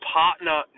partner